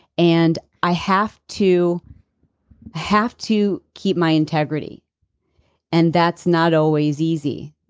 and i have to have to keep my integrity and that's not always easy.